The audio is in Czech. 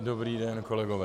Dobrý den, kolegové.